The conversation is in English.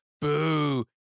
Boo